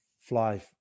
fly